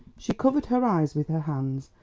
she covered her eyes with her hands,